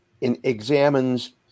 examines